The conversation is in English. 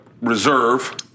reserve